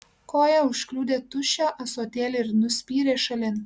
koja užkliudė tuščią ąsotėlį ir nuspyrė šalin